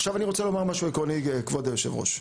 עכשיו אני רוצה לומר משהו עקרוני, כבוד היו"ר.